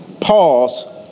Pause